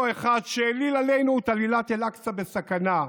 אותו אחד שהעליל עלינו את עלילת אל-אקצא בסכנה,